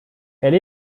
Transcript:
elle